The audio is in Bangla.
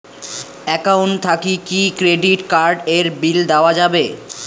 একাউন্ট থাকি কি ক্রেডিট কার্ড এর বিল দেওয়া যাবে?